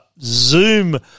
zoom